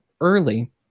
early